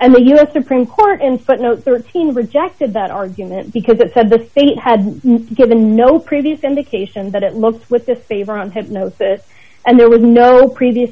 and the u s supreme court in footnote thirteen rejected that argument because it said the state had given no previous indication that it looks with disfavor on hypnosis and there was no previous